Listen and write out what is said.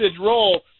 role